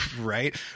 right